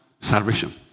salvation